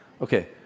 Okay